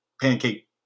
pancake